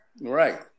Right